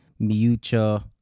Miucha